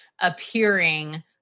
appearing